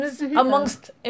amongst